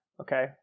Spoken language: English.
Okay